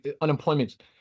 Unemployment